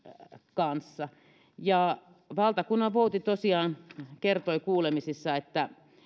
kanssa valtakunnanvouti tosiaan kertoi kuulemisissa että